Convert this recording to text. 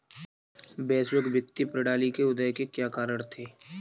वैश्विक वित्तीय प्रणाली के उदय के क्या कारण थे?